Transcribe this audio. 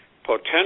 potential